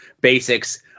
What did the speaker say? basics